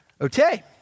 Okay